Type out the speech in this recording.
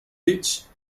its